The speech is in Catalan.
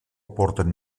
porten